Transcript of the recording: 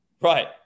Right